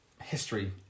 history